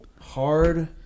hard